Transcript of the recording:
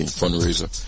fundraiser